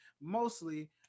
mostly